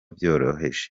byoroheje